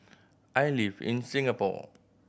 I live in Singapore